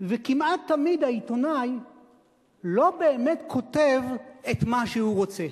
וכמעט תמיד העיתונאי שלא באמת כותב את מה שהוא רוצה,